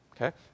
okay